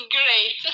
great